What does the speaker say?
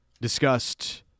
discussed